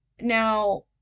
Now